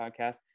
podcast